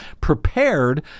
prepared